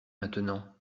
maintenant